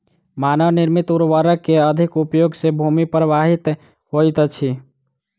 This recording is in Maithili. मानव निर्मित उर्वरक के अधिक उपयोग सॅ भूमि प्रभावित होइत अछि